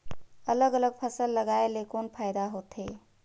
अलग अलग फसल लगाय ले कौन फायदा होथे?